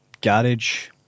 garage